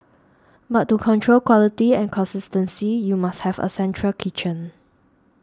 but to control quality and consistency you must have a central kitchen